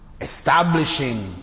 establishing